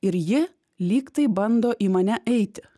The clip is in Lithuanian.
ir ji lygtai bando į mane eiti